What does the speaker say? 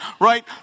right